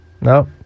No